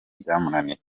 byamunaniye